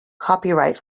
copyright